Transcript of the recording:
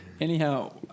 Anyhow